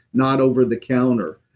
not over the counter.